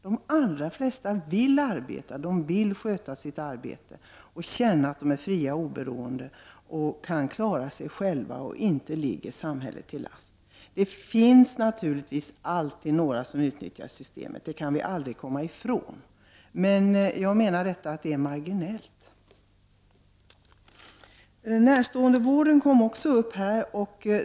De allra flesta vill arbeta, sköta sitt arbete, känna att de är fria och oberoende, klara sig själva och inte ligga samhället till last. Det finns naturligtvis alltid några som utnyttjar systemet, det kan vi aldrig komma ifrån. Men det menar jag är marginellt. Närståendevården kom också upp här.